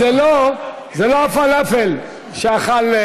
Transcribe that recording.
זה לא הפלאפל שאכל,